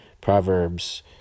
Proverbs